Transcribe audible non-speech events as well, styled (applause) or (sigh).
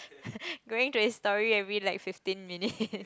(laughs) going to his story every like fifteen minutes